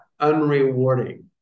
unrewarding